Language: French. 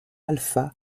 alpha